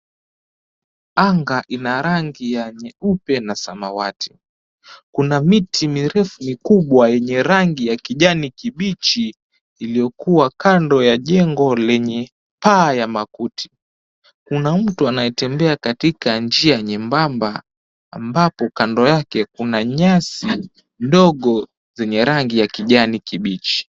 Anga ina rangi ya nyeupe na samawati, kuna miti mirefu mikubwa yenye rangi ya kijani kibichi iliyokuwa kando ya jengo lenye paa la makuti, kuna mtu anayetembea katika njia nyembamba, ambapo kando yake kuna nyasi ndogo zenye rangi ya kijani kibichi.